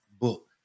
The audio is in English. book